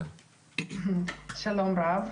שלום רב.